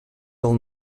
del